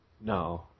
No